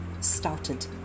started